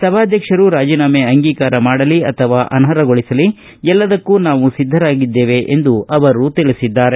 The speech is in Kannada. ಸಭಾಧ್ಯಕ್ಷರು ರಾಜೀನಾಮೆ ಅಂಗೀಕಾರ ಮಾಡಲಿ ಅಥವಾ ಅನರ್ಹಗೊಳಿಸಲಿ ಎಲ್ಲದಕ್ಕೂ ನಾವು ಸಿದ್ದರಾಗಿದ್ದೇವೆ ಎಂದು ತಿಳಿಸಿದ್ದಾರೆ